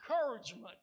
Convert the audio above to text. encouragement